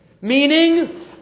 Meaning